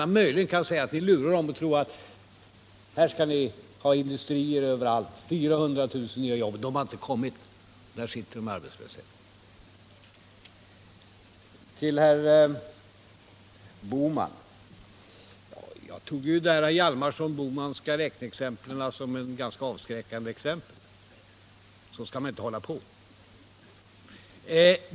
Vad man kan säga är att ni lurar ungdomen genom att tala om dessa 400 000 nya jobb, som inte har kommit. Jag tog de Hjalmarson-Bohmanska räkneexemplen som ett avskräckande exempel på hur man inte skall hålla på.